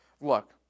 look